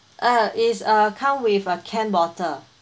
ah is uh come with a can bottle